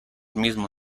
mismo